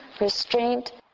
restraint